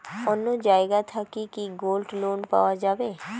অন্য জায়গা থাকি কি গোল্ড লোন পাওয়া যাবে?